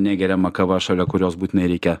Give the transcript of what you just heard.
negeriama kava šalia kurios būtinai reikia